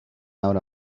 out